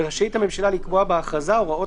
ורשאית הממשלה לקבוע בהכרזה הוראות